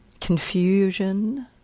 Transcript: Confusion